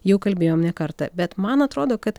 jau kalbėjom ne kartą bet man atrodo kad